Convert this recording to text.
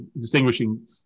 distinguishing